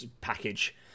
package